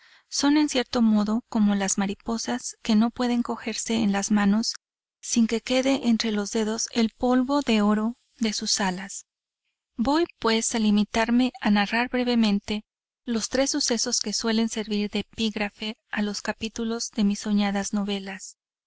son en cierto modo como las mariposas que no pueden cogerse en las manos sin que se quede entre los dedos el polvo de oro de sus alas voy pues a limitarme a narrar brevemente los tres sucesos que suelen servir de epígrafe a los capítulos de mis soñadas novelas